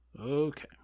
Okay